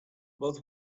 but